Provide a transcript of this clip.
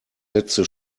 letzte